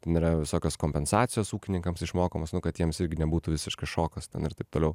ten yra visokios kompensacijos ūkininkams išmokamos nu kad jiems irgi nebūtų visiškas šokas ten ir taip toliau